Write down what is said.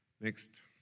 Next